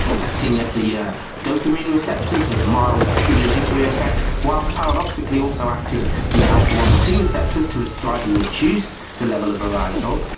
it's acting at the yeah dopamine receptors with a mild stimulatory effect, whilst paradoxically also acting in the alpha one and two receptors to slightly reduce the level of arousal.